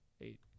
Eight